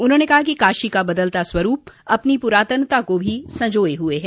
उन्होंने कहा कि काशी का बदलता स्वरूप अपनी पुरातनता को भी संजोये हुए है